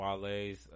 Wale's